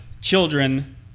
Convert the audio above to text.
children